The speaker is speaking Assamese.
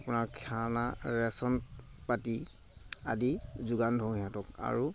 আপোনাৰ খানা ৰেচন পাতি আদি যোগান ধৰোঁ সিহঁতক আৰু